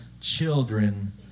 children